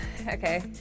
Okay